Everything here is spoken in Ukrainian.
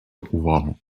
увагу